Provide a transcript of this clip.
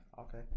Okay